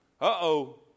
Uh-oh